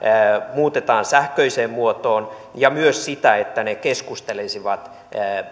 muutetaan sähköiseen muotoon ja myös sitä että ne keskustelisivat